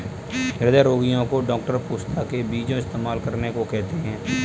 हृदय रोगीयो को डॉक्टर पोस्ता के बीजो इस्तेमाल करने को कहते है